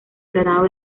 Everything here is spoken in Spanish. tratado